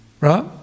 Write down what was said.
right